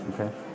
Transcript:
Okay